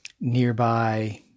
nearby